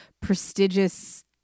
prestigious